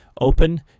Open